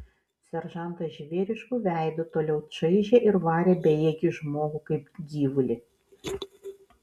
seržantas žvėrišku veidu toliau čaižė ir varė bejėgį žmogų kaip gyvulį